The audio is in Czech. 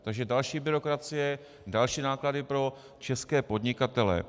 Takže další byrokracie, další náklady pro české podnikatele.